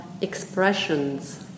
expressions